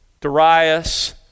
Darius